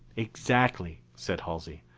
exactly, said halsey.